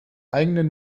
eigenen